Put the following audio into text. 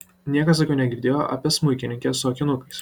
niekas daugiau negirdėjo apie smuikininkę su akinukais